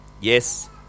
Yes